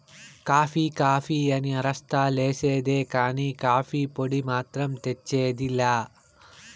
coffee coffee అని అరస్తా లేసేదే కానీ, కాఫీ పొడి మాత్రం తెచ్చేది లా